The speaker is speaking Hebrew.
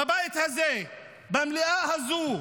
בבית הזה, במליאה הזו,